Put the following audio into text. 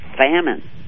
Famine